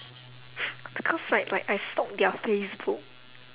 because right like I stalked their facebook